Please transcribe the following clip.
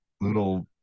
little